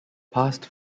past